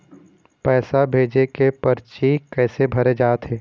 पैसा भेजे के परची कैसे भरे जाथे?